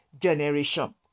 generation